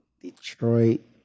Detroit